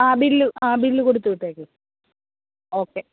ആ ബില്ലു ആ ബില്ലുകൊടുത്തു വിട്ടേക്കൂ ഓക്കെ